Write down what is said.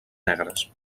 negres